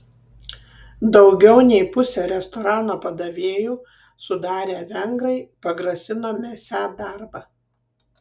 daugiau nei pusę restorano padavėjų sudarę vengrai pagrasino mesią darbą